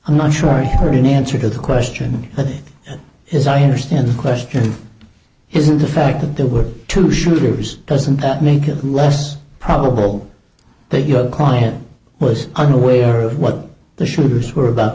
i'm not sure you heard an answer to the question but his i understand the question isn't the fact that there were two shooters doesn't that make it less probable that your client was unaware of what the shooters were about